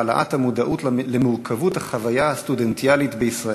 העלאה של המודעות למורכבות החוויה הסטודנטיאלית בישראל.